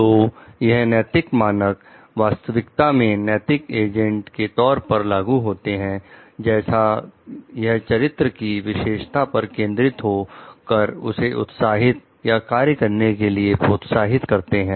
तो यह नैतिक मानक वास्तविकता में नैतिक एजेंट के तौर पर लागू होते हैं जैसे यह चरित्र की विशेषता पर केंद्रित हो कर उसे उत्साहित या कार्य करने के लिए प्रोत्साहित करते हैं